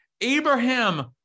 Abraham